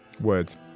Words